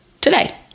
today